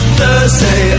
Thursday